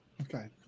Okay